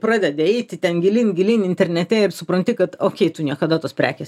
pradedi eiti ten gilyn gilyn internete ir supranti kad okiai tu niekada tos prekės